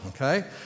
okay